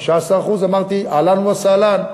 15%. אמרתי: אהלן וסהלן,